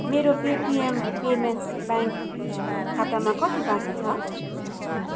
मेरो Paytm payments bank खातामा कति बाँकी छ